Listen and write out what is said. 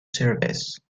service